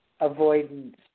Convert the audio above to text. avoidance